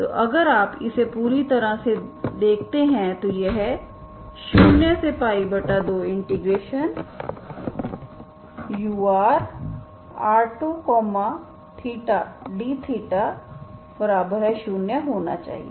तो अगर आप इसे पूरी तरह से देते हैं तो यह 02urr2θdθ0होना चाहिए